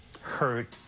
hurt